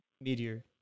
meteor